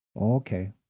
Okay